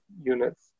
units